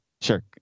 Sure